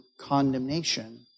condemnation